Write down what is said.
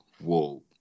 whoa